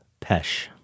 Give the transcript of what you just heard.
pesh